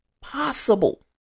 possible